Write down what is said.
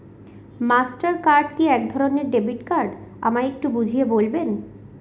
Master card কি একধরণের debit card আমায় একটু বুঝিয়ে বলবেন?